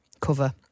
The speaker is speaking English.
cover